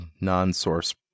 non-source